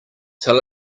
tell